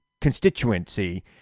constituency